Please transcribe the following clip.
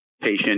patient